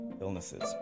illnesses